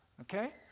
Okay